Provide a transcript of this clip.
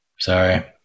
Sorry